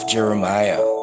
Jeremiah